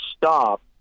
stop